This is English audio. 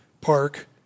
park